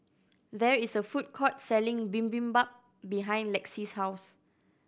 there is a food court selling Bibimbap behind Lexie's house